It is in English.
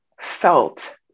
felt